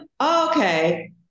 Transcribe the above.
Okay